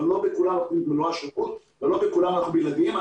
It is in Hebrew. אבל לא בכולן נותנים את מלוא השירות ולא בכולן אנחנו בלעדיים.